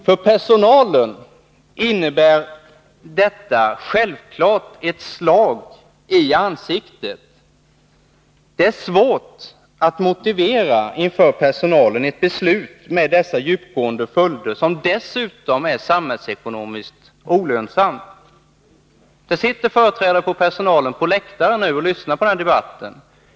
För personalen innebär förslaget självfallet ett slag i ansiktet. Det är svårt att inför personalen motivera ett beslut med så djupgående följder, ett beslut som dessutom är samhällsekonomiskt olönsamt. Det sitter företrädare för personalen på läktaren och lyssnar på denna debatt.